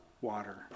water